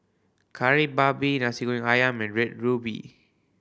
Kari Babi Nasi Goreng Ayam and Red Ruby